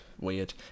weird